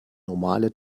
normale